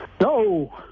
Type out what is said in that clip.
No